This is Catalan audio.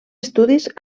estudis